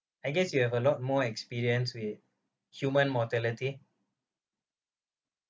I guess you have a lot more experience with human mortality